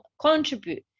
contribute